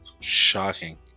Shocking